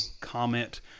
comment